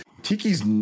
tiki's